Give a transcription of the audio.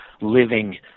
living